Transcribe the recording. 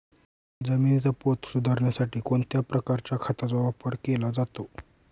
जमिनीचा पोत सुधारण्यासाठी कोणत्या प्रकारच्या खताचा वापर केला जातो?